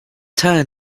turn